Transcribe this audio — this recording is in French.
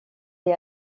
est